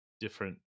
different